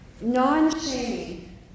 Non-shaming